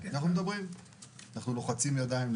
לוחצים ידיים,